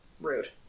rude